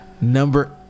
Number